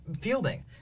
fielding